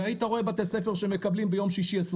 והיית רואה בתי ספר שמקבלים ביום שישי 20